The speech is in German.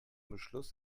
beschluss